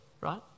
right